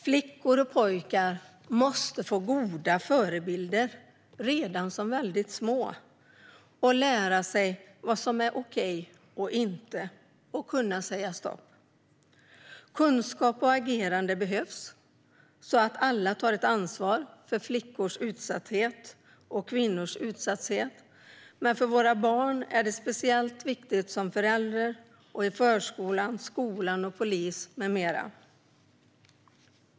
Flickor och pojkar måste få goda förebilder redan som små och lära sig vad som är okej och inte och att kunna säga stopp. Kunskap och agerande behövs så att alla tar ett ansvar för flickors och kvinnors utsatthet. För våra barns skull är det speciellt viktigt att det görs av oss föräldrar, förskolan, skolan, polisen med flera.